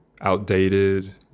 outdated